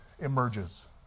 emerges